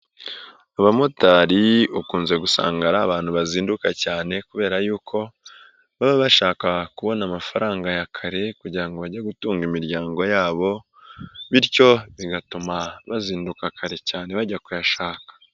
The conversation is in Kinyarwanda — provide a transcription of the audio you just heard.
Abamotari ukunze gusanga ari abantu bazinduka cyane kubera y'uko baba bashaka kubona amafaranga ya kare kugira ngo bajye gutunga imiryango yabo, bityo bigatuma bazinduka kare cyane bajya kuyashaka.